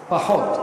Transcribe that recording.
פחות.